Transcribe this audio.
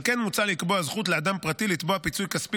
על כן מוצע לקבוע זכות לאדם פרטי לתבוע פיצוי כספי